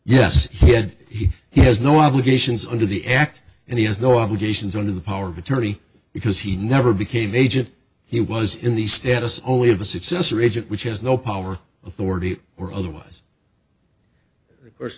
yes he had he he has no obligations under the act and he has no obligations under the power of attorney because he never became agent he was in the status only of a successor agent which has no power authority or otherwise of course